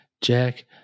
Jack